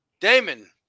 Damon